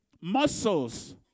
muscles